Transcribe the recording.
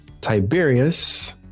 Tiberius